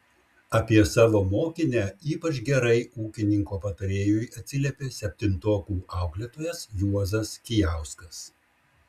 apie savo mokinę ypač gerai ūkininko patarėjui atsiliepė septintokų auklėtojas juozas kijauskas